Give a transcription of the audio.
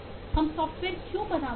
हम सॉफ्टवेयर क्यों बनाते हैं